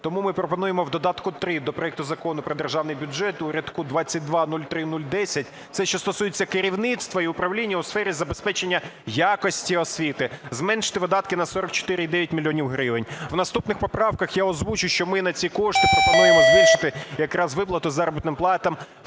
Тому ми пропонуємо в додатку 3 до проекту Закону про Державний бюджет у рядку 2203010, - це, що стосується керівництва і управління у сфері забезпечення якості освіти, - зменшити видатки на 44,9 мільйона гривень. У наступних поправках я озвучу, що ми на ці кошти пропонуємо збільшити якраз виплату заробітної плати вчителям